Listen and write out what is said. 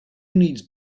needs